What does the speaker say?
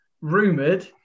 rumoured